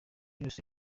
byose